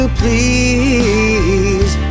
please